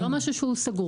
אבל זה לא משהו שהוא סגור.